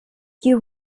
you